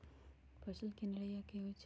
फसल के निराया की होइ छई?